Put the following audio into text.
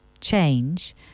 change